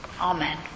Amen